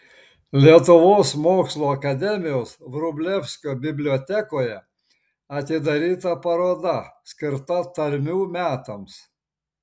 lietuvos mokslų akademijos vrublevskio bibliotekoje atidaryta paroda skirta tarmių metams